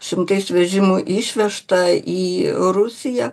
šimtais vežimų išvežta į rusiją